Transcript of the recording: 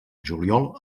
juliol